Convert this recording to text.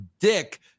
dick